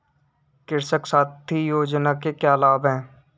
कृषक साथी योजना के क्या लाभ हैं?